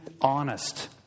honest